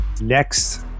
Next